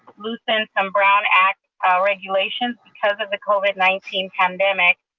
loosened some brown act regulations because of the covid nineteen pandemic,